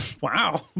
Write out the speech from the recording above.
wow